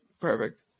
perfect